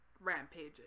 rampages